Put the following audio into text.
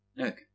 Okay